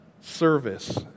service